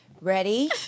Ready